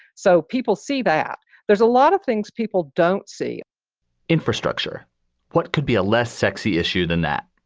so people see that there's a lot of things people don't see infrastructure what could be a less sexy issue than that?